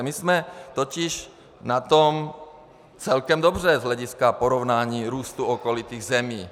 My jsme totiž na tom celkem dobře z hlediska porovnání růstu s okolními zeměmi.